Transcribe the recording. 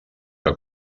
que